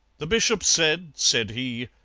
the bishop said, said he,